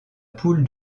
poule